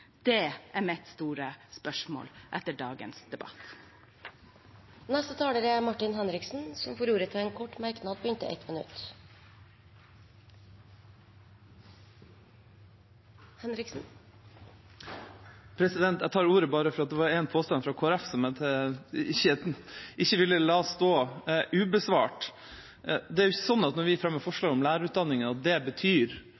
Det er mitt store spørsmål etter dagens debatt. Representanten Martin Henriksen har hatt ordet to ganger tidligere og får ordet til en kort merknad, begrenset til 1 minutt. Jeg tar ordet bare fordi det var en påstand fra Kristelig Folkeparti som jeg ikke ville la stå ubesvart. Det er jo ikke sånn at når vi fremmer